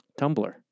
Tumblr